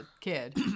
kid